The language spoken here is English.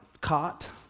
caught